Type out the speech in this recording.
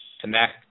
Connect